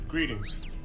Greetings